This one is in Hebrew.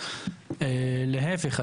להיפך,